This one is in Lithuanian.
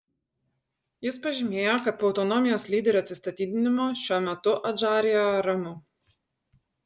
jis pažymėjo kad po autonomijos lyderio atsistatydinimo šiuo metu adžarijoje ramu